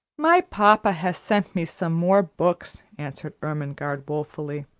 my papa has sent me some more books, answered ermengarde woefully,